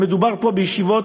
מדובר פה בישיבות,